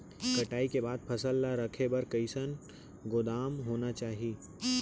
कटाई के बाद फसल ला रखे बर कईसन गोदाम होना चाही?